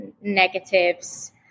negatives